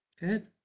Good